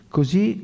Così